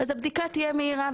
אז הבדיקה תהיה מהירה,